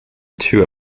two